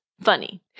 funny